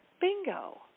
Bingo